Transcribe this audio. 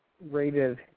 rated